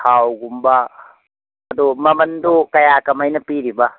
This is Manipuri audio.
ꯊꯥꯎꯒꯨꯝꯕ ꯑꯗꯣ ꯃꯃꯟꯗꯨ ꯀꯌꯥ ꯀꯃꯥꯏꯅ ꯄꯤꯔꯤꯕ